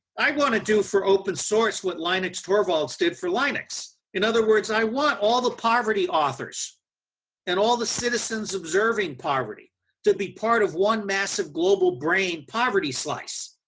i want to do for open source what linus torvalds did for linux. in other words i want all the poverty authors and all the citizens observing poverty to be part of one massive global brain poverty slice.